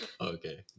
Okay